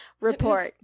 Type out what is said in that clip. report